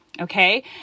Okay